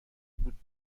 بود